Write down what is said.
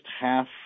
half